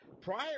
Prior